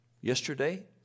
yesterday